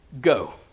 Go